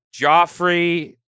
Joffrey